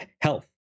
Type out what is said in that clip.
health